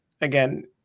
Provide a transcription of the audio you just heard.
again